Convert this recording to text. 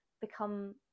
become